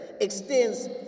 extends